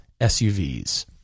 SUVs